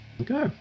Okay